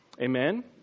Amen